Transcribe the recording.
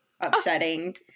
upsetting